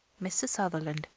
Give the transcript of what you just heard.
mr. sutherland,